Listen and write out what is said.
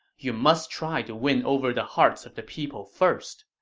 you must try to win over the hearts of the people first.